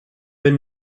een